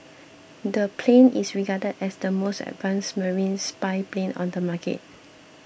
the plane is regarded as the most advanced marine spy plane on the market